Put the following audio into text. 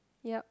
yeap